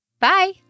Bye